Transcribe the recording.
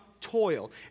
toil